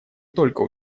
только